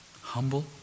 humble